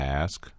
ask